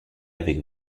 avec